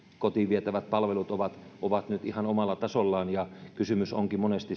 kotiin vietävät palvelut ovat ovat nyt ihan omalla tasollaan ja kysymys onkin monesti